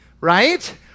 right